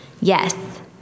Yes